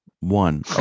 one